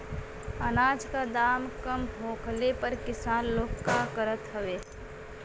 अनाज क दाम कम होखले पर किसान लोग का करत हवे?